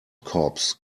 cobs